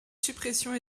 suppression